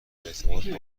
اعتماد